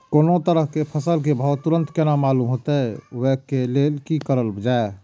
कोनो तरह के फसल के भाव तुरंत केना मालूम होते, वे के लेल की करल जाय?